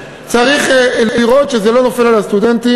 צריך לראות שזה לא נופל על הסטודנטים.